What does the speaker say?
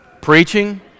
Preaching